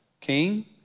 King